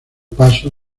paso